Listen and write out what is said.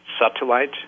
satellite